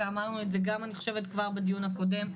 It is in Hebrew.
ואמרנו את זה כבר בדיון הקודם.